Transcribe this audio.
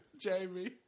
Jamie